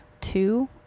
two